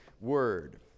word